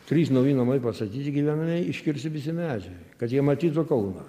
trys nauji namai pastatyti gyvenamieji iškirsti visi medžiai kad jie matytų kauną